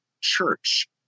church